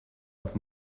auf